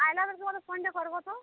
ଆଏଲା ବେଲ୍କେ ମୋତେ ଫୋନ୍ଟେ କର୍ବ ତ